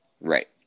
Right